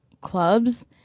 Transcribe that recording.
clubs